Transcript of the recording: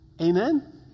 Amen